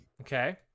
Okay